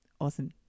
Awesome